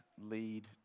Lead